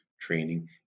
Training